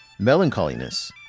melancholiness